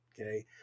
Okay